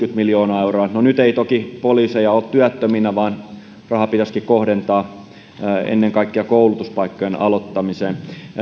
miljoonaa euroa no nyt ei toki poliiseja ole työttöminä vaan raha pitäisikin kohdentaa ennen kaikkea koulutuspaikkojen aloittamiseen